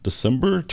December